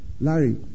Larry